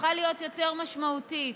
הפכה להיות יותר משמעותית,